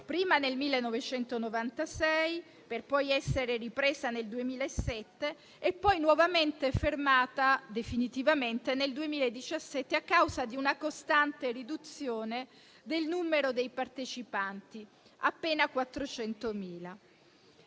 prima nel 1996, per poi essere ripresa nel 2007, e poi fermata definitivamente nel 2017 a causa di una costante riduzione del numero dei partecipanti, appena 400.000.